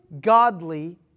godly